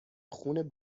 خون